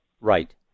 Right